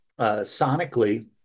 Sonically